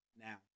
Now